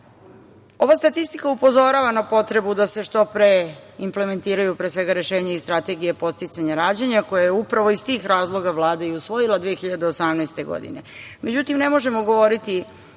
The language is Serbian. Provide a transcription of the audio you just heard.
statistika upozorava na potrebu da se što pre implementiraju rešenja iz Strategije podsticanja rađanja, koju je upravo iz tih razloga Vlada i usvojila 2018. godine.